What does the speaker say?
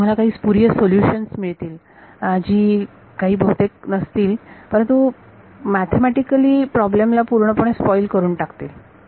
तर तुम्हाला काही स्पुरिअस सोल्युशन्स मिळतील जी काही बहुतेक नसतील परंतु मॅथेमॅटिकलि प्रॉब्लेम ला पूर्णपणे स्पोईल करून टाकतील